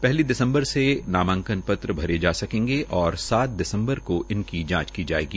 पहली दिसम्बर से नामांकन पत्र भरे जा सकेंगे और सात दिसम्बर को इनकी जांच की जायेंगी